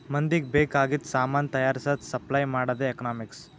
ಮಂದಿಗ್ ಬೇಕ್ ಆಗಿದು ಸಾಮಾನ್ ತೈಯಾರ್ಸದ್, ಸಪ್ಲೈ ಮಾಡದೆ ಎಕನಾಮಿಕ್ಸ್